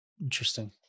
Interesting